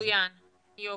מצוין, יופי,